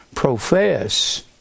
Profess